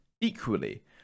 Equally